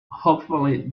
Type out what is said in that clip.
hopefully